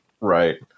right